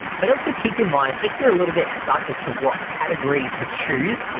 but also keep in mind if you're a little bit stuck as to what category to choose,